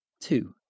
Two